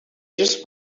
just